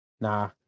nah